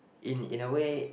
in in a way